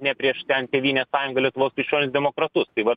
ne prieš ten tėvynės sąjungą lietuvos krikščionis demokratus tai va